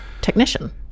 technician